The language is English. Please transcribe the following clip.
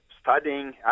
studying